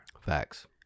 Facts